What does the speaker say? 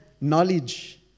knowledge